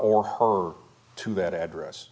or her to that address